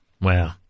wow